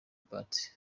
part